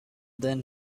then